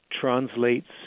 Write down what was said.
translates